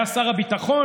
היה שר הביטחון,